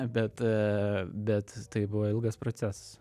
bet bet tai buvo ilgas procesas